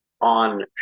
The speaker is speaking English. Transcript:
On